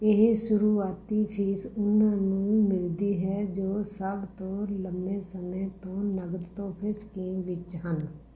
ਇਹ ਸ਼ੁਰੂਆਤੀ ਫੀਸ ਉਨ੍ਹਾਂ ਨੂੰ ਮਿਲਦੀ ਹੈ ਜੋ ਸਭ ਤੋਂ ਲੰਬੇ ਸਮੇਂ ਤੋਂ ਨਕਦ ਤੋਹਫੇ ਸਕੀਮ ਵਿੱਚ ਹਨ